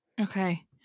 Okay